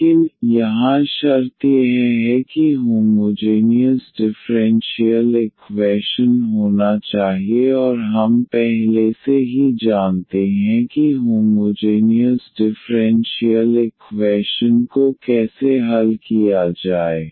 लेकिन यहां शर्त यह है कि होमोजेनियस डिफ़्रेंशियल इक्वैशन होना चाहिए और हम पहले से ही जानते हैं कि होमोजेनियस डिफ़्रेंशियल इक्वैशन को कैसे हल किया जाए